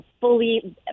fully